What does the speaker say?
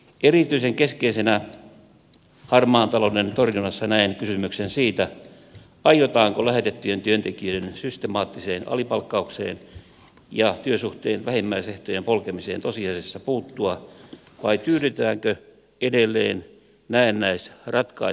erityisen keskeisenä harmaan talouden torjunnassa näen kysymyksen siitä aiotaanko lähetettyjen työntekijöiden systemaattiseen alipalk kaukseen ja työsuhteen vähimmäisehtojen polkemiseen tosiasiassa puuttua vai tyydytäänkö edelleen näennäisratkaisuihin